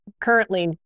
currently